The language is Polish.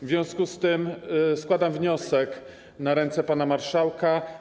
W związku z tym składam wniosek na ręce pana marszałka.